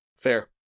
Fair